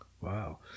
Wow